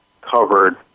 covered